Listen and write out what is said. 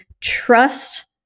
trust